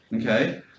okay